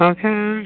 Okay